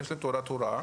יש להן תעודת הוראה,